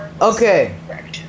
Okay